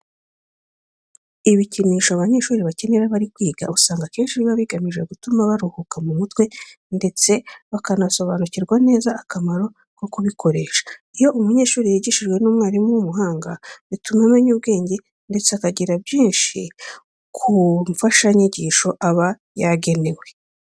Ibikinisho abanyeshuri bakenera iyo bari kwiga usanga akenshi biba bigamije gutuma baruhuka mu mutwe ndetse bakanasobanukirwa neza akamaro ko kubikoresha. Iyo umunyeshuri yigishijwe n'umwarimu w'umuhanga bituma amenya ubwenge ndetse akigira byinshi ku mfashanyigisho aba yagenewe.